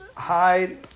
hide